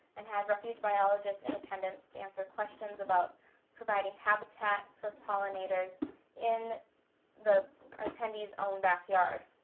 and had refuge biologists in attendance to answer questions about providing habitat for pollinators in the attendees' own backyard.